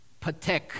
Patek